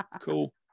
cool